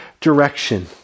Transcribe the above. direction